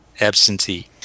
Absentee